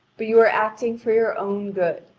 but you are acting for your own good.